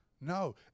No